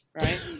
right